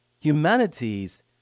Humanities